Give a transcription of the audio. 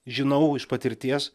žinau iš patirties